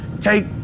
take